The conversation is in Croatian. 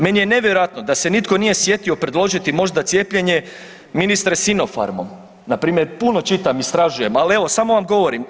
Meni je nevjerojatno da se nitko nije sjetio predložiti možda cijepljenje ministre sinofarmom npr., puno čitam, istražujem, al evo samo vam govorim.